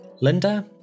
Linda